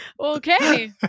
Okay